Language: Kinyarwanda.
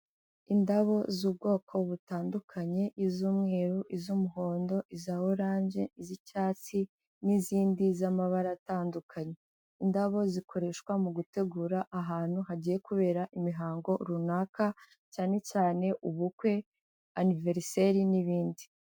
Indabo z'ubwoko butandukanye iz'umweru, iz'umuhondo iza oranje, iz'icyatsi n'izindi z'amabara atandukanye, indabo zikoreshwa mu gutegura ahantu hagiye kubera imihango runaka, cyane cyane ubukwe, aniveriseri n'ibindi.